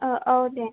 औ दे